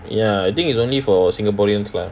ya I think it's only for singaporeans lah